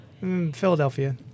Philadelphia